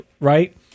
right